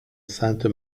sainte